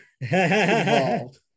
involved